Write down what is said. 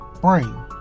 brain